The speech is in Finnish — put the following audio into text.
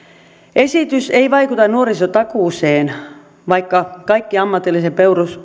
esitys ei vaikuta nuorisotakuuseen vaikka kaikki ammatillisen